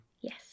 Yes